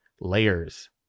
layers